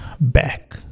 back